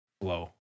flow